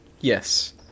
Yes